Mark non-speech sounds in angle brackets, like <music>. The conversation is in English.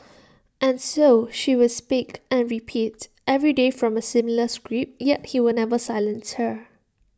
<noise> and so she will speak and repeat every day from A similar script yet he will never silence her